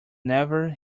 never